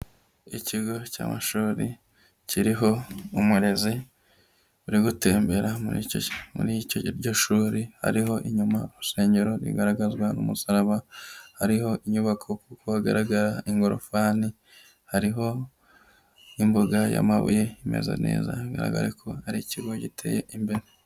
Ikigo cy'amashuri kiriho umurezi uri gutembera muri icyo iryo shuri, hariho inyuma urusengero rigaragazwa n'umusaraba, hariho inyubako kuko hagaragara ingorofani, hariho n'imbuga y'amabuye imeze neza, bigaragara ko ari ikigo giteye imbere.